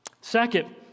Second